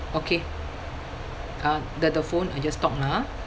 okay uh the the phone I just talk lah ah